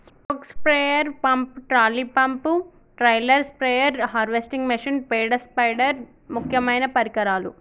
stroke sprayer pump, trolley pump, trailer sprayer, harvesting machine, పేడ స్పైడర్ ముక్యమైన పరికరాలు